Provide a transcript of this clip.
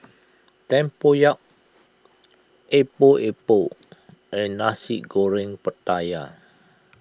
Tempoyak Epok Epok and Nasi Goreng Pattaya